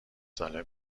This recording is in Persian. ساله